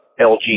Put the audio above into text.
LG